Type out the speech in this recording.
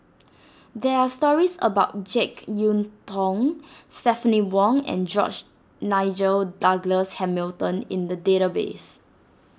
there are stories about Jek Yeun Thong Stephanie Wong and George Nigel Douglas Hamilton in the database